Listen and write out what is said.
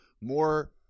More